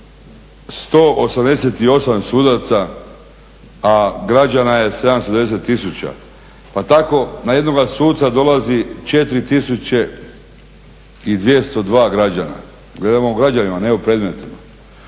188 sudaca, a građana je 710 tisuća pa tako na jednoga suca dolazi 4202 građana, gledamo o građanima, ne o predmetima.